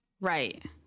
right